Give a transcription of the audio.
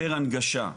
יותר הנגשה,